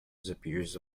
disappears